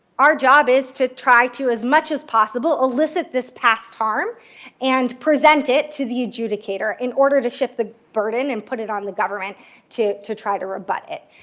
our job is to try to, as much as possible, elicit this past harm and present it to the adjudicator in order to shift the burden and put it on the government to to try to rebut it.